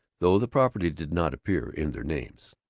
though the property did not appear in their names.